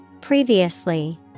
Previously